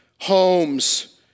homes